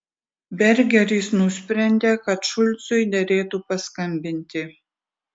bergeris nusprendė kad šulcui derėtų paskambinti